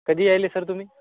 कधी यायले सर तुम्ही